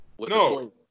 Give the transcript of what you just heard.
No